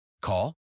Call